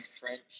French